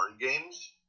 games